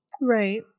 Right